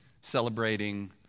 celebrating